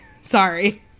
Sorry